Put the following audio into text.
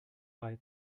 bei